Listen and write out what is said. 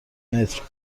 متر